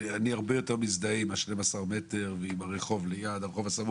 אני הרבה יותר מזדהה עם הנוסח על 12 מטרים ועם הרחוב הסמוך.